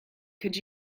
could